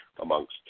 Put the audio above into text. amongst